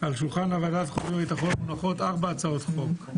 על שולחן ועדת החוץ והביטחון מונחות ארבע הצעות חוק: